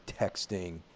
texting